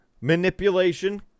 manipulation